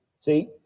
See